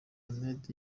ahmed